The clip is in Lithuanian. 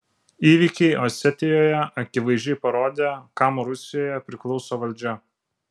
įvykiai osetijoje akivaizdžiai parodė kam rusijoje priklauso valdžia